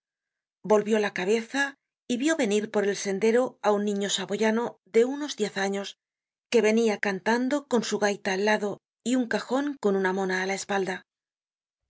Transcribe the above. volvió la cabeza y vió venir por el sendero á un niño saboyano de unos diez años que venia cantando con su gaita al lado y un cajon con una mona á la espalda